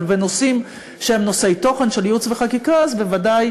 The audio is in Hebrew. אבל בנושאים שהם נושאי תוכן של ייעוץ וחקיקה בוודאי